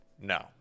No